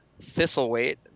thistleweight